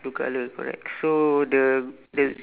blue colour correct so the the